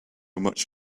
much